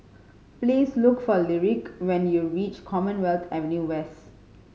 please look for Lyric when you reach Commonwealth Avenue West